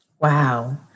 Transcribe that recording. Wow